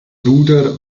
bruder